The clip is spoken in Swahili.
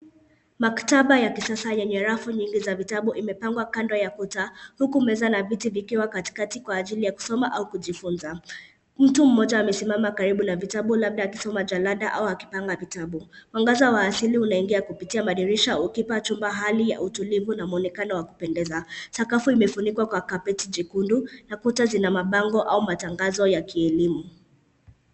Maktaba ya kisasa yenye rafu nyingi za vitabu, imepangwa kando ya kuta, huku meza na viti zikiwa katikati kwa ajili ya kusoma, au kujifunza. Mtu mmoja amesimama karibu na vitabu, labda akisoma jadala, au akipanga vitabu. Mwangaza wa asili unaingia kupitia madirisha ukipa chumba hali ya utulivu, na mwonekano wa kupendeza. Sakafu imefunikwa kwa kapeti jekundu, na kuta zina mabango, au matangazo ya kielimu.